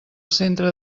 centre